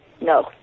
no